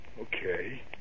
Okay